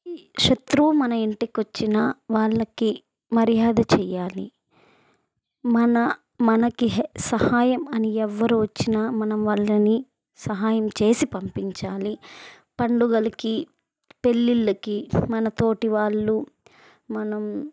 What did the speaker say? శత్రువు మన ఇంటికొ వచ్చిన వాళ్ళకి మర్యాద చేయాలి మన మనకి సహాయం అని ఎవరు వచ్చినా మనం వాళ్ళని సహాయం చేసి పంపించాలి పండుగలకి పెళ్ళిళ్ళకి మన తోటి వాళ్ళు మనం